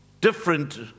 different